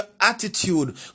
attitude